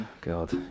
God